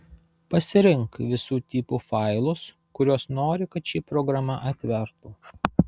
pasirink visų tipų failus kuriuos nori kad ši programa atvertų